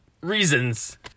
reasons